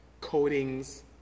coatings